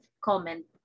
comment